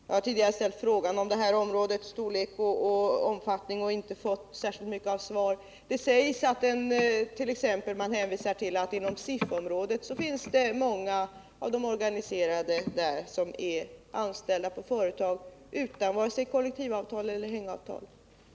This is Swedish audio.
Jag har tidigare frågat om detta områdes storlek och omfattning men inte fått något svar. Man hänvisar till att många som är organiserade inom SIF-området är anställda på företag utan vare sig kollektivavtal eller hängavtal.